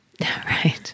Right